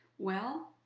well,